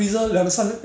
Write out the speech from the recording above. I like exotic bro